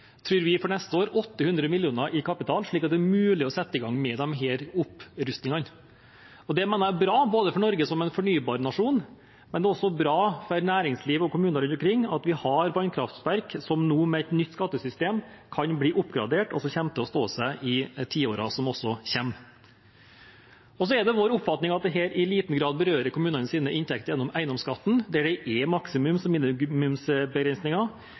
for neste år 800 mill. kr i kapital, slik at det er mulig å sette i gang med disse opprustningene. Det mener jeg er bra for Norge som en fornybarnasjon, og det er også bra for næringsliv og kommuner rundt omkring at vi har vannkraftverk som nå med et nytt skattesystem kan bli oppgradert, og som kommer til å stå seg også i tiårene som kommer. Det er vår oppfatning at dette i liten grad berører kommunenes inntekter gjennom eiendomsskatten, der det er